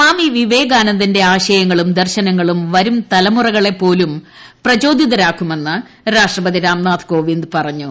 സ്വാമിവിവേകാന്ദന്റെ ആശയവും ദർശനങ്ങളും വരുംതലമുറകളെ പോലും പ്രചോദിതരാക്കുമെന്ന് രാഷ്ട്രപതി രാംനാഥ് കോവിന്ദ് പറഞ്ഞു